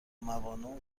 موانع